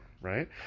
right